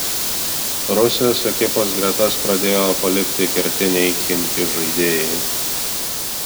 rusijos ekipos gretas pradėjo palikti kertiniai chimki žaidėjai